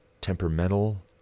temperamental